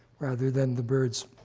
rather than the bird's